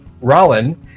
Rollin